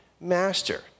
master